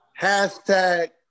Hashtag